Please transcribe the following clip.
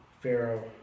Pharaoh